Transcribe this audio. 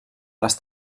les